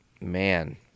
Man